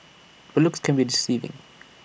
but looks can be deceiving